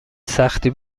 سختی